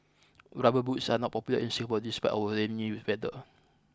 rubber boots are not popular in Singapore despite our rainy weather